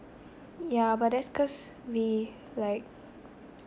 yeah but that's cause we like